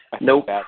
Nope